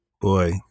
Boy